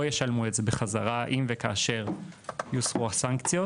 ישלמו את הכסף בחזרה אם וכאשר יוסרו הסנקציות